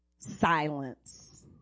Silence